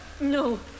No